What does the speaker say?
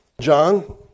John